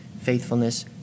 faithfulness